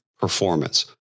performance